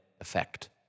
effect